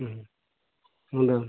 ᱦᱮᱸ ᱟᱫᱚ